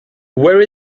where